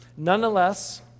Nonetheless